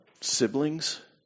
siblings